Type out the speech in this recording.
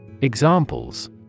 Examples